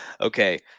Okay